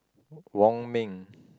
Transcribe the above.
Wong Ming